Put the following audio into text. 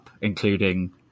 including